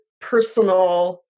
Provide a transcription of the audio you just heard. personal